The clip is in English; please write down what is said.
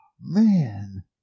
man